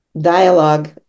dialogue